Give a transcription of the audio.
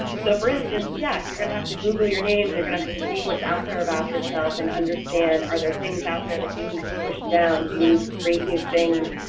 so for instance yeah you're going to have to google your name and you're going to see what's out there about yourself and understand are there things out there that you need to push down, do you need to create new things,